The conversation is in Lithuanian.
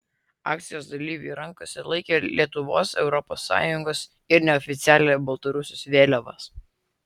akcijos dalyviai rankose laikė lietuvos europos sąjungos ir neoficialią baltarusijos vėliavas